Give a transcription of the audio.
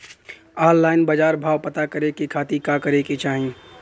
Online बाजार भाव पता करे के खाती का करे के चाही?